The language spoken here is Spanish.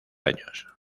años